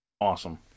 Awesome